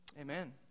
Amen